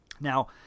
Now